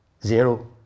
Zero